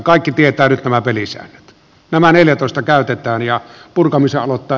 kaikki tietävät nyt nämä pelisäännöt